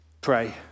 pray